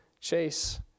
chase